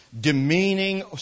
demeaning